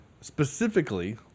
specifically